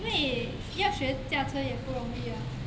因为学驾车也不容易啊